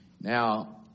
Now